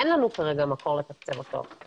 אין לנו כרגע מקור לתקצב אותו.